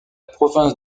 province